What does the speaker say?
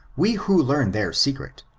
we, who learn their secret,